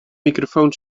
microfoon